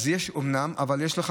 אז אומנם יש,